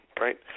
right